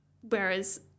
whereas